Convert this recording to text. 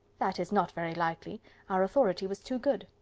that is not very likely our authority was too good.